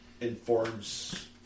informs